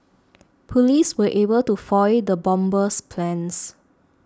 police were able to foil the bomber's plans